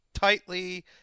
tightly